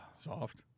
soft